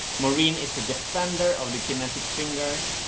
maureen is the defender of the kinetic fingers,